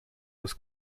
was